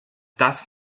das